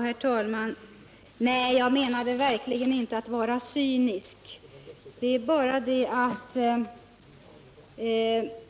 Herr talman! Nej, jag menade verkligen inte att vara cynisk. Men